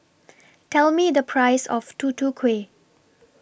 Tell Me The Price of Tutu Kueh